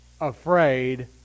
afraid